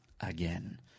again